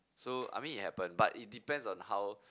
so I mean it happened but it depends on how